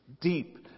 deep